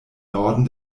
norden